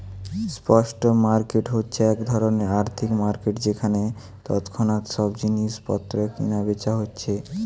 spot market হচ্ছে এক ধরণের আর্থিক মার্কেট যেখানে তৎক্ষণাৎ সব জিনিস পত্র কিনা বেচা হচ্ছে